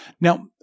Now